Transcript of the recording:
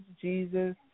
Jesus